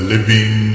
Living